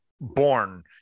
born